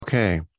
Okay